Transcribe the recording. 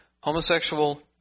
Homosexual